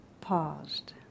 paused